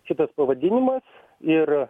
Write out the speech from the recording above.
šitas pavadinimas ir